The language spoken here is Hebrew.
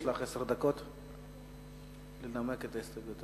יש לך עשר דקות לנמק את הסתייגותך.